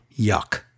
Yuck